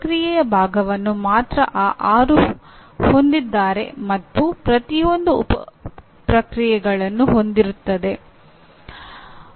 ಪ್ರಕ್ರಿಯೆಯ ಭಾಗವನ್ನು ಮಾತ್ರ ಈ ಆರು ಹೊಂದಿದ್ದಾರೆ ಮತ್ತು ಪ್ರತಿಯೊಂದೂ ಉಪ ಪ್ರಕ್ರಿಯೆಗಳನ್ನು ಹೊಂದಿರುತ್ತದೆ